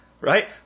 right